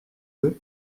œufs